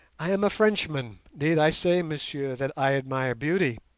i am a frenchman. need i say, messieurs, that i admire beauty?